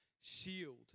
shield